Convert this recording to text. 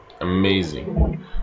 Amazing